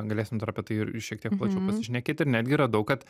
galėsim dar apie tai ir šiek tiek plačiau pasišnekėti ir netgi radau kad